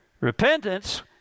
repentance